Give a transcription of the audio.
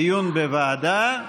דיון בוועדה,